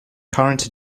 current